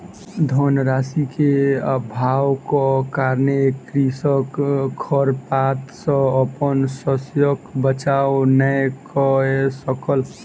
धन राशि के अभावक कारणेँ कृषक खरपात सॅ अपन शस्यक बचाव नै कय सकल